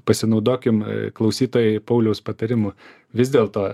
pasinaudokim klausytojai pauliaus patarimu vis dėlto